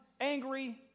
angry